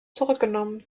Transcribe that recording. zurückgenommen